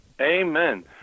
Amen